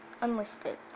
unlisted